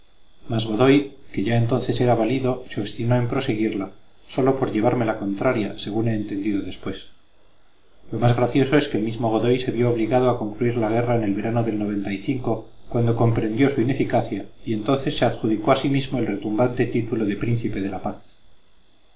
que ya entonces era valido se obstinó en proseguirla sólo por llevarme la contraria según he entendido después lo más gracioso es que el mismo godoy se vio obligado a concluir la guerra en el verano del cuando comprendió su ineficacia y entonces se adjudicó a sí mismo el retumbante título de príncipe de la paz